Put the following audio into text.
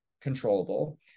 controllable